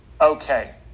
Okay